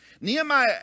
Nehemiah